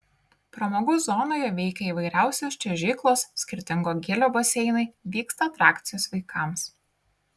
pramogų zonoje veikia įvairiausios čiuožyklos skirtingo gylio baseinai vyksta atrakcijos vaikams